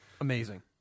Amazing